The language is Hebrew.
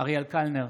אריאל קלנר,